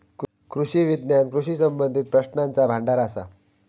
कृषी विज्ञान कृषी संबंधीत प्रश्नांचा भांडार असा